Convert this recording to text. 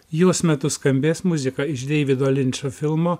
jos metu skambės muzika iš deivido linčo filmo